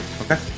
Okay